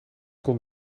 kon